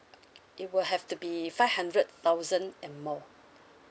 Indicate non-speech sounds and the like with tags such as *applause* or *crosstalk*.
*noise* it will have to be five hundred thousand and more